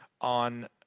on